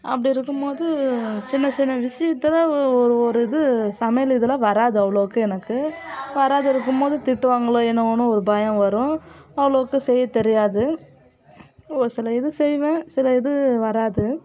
அப்படி இருக்கும் போது சின்ன சின்ன விஷயத்தில் ஒரு ஒரு இது சமையல் இதில் வராது அவ்வளோக்கு எனக்கு வராம இருக்கும் போது திட்டுவாங்களோ என்னமோன்னு ஒரு பயம் வரும் அவ்வளோக்கு இப்போ செய்ய தெரியாது ஒரு சில இது செய்வேன் சில இது வராது